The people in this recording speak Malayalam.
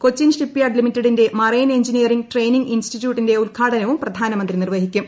കൊച്ചിൻ ഷിപ്പ്യാർഡ് ലിമിറ്റഡിന്റെ മറൈൻ എഞ്ചിനീയറിംഗ് ട്രെയിനിംഗ് ഇൻസ്റ്റിറ്റ്യൂട്ടിന്റെ ഉദ്ഘാടനവും പ്രധാനമന്ത്രി നിർവ്വഹിക്കും